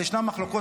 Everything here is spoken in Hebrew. ישנן מחלוקות,